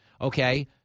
Okay